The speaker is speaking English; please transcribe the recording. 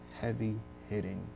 heavy-hitting